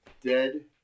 dead